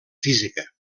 física